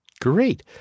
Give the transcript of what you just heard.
Great